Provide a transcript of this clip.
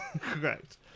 Correct